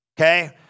okay